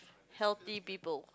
healthy people